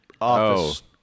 office